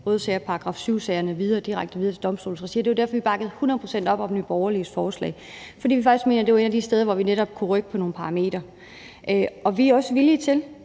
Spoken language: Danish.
røde sager, altså § 7-sagerne, direkte videre til domstolsregi. Det var derfor, vi bakkede hundrede procent op om Nye Borgerliges forslag. Vi mener faktisk, at det er et af de steder, hvor vi netop kan rykke på nogle parametre. Vi er også villige til